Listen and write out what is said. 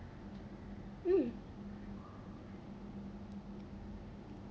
mm